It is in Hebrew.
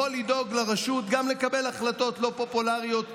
יכול לדאוג לרשות וגם לקבל החלטות לא פופולריות כשצריך.